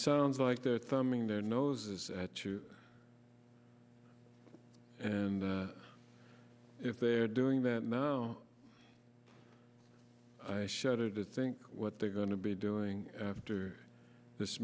sounds like they're thumbing their noses to and if they're doing that now i shudder to think what they're going to be doing after this